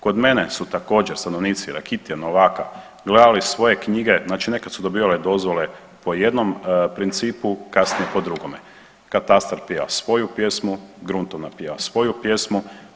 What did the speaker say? Kod mene su također stanovnici Rakitja na ovakav gledali svoje knjige, znači nekad su dobivale dozvole po jednom principu, kasnije po drugome, katastar pjeva svoju pjesmu, gruntovna pjeva svoju pjesmu.